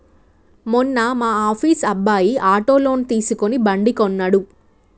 మొన్న మా ఆఫీస్ అబ్బాయి ఆటో లోన్ తీసుకుని బండి కొన్నడు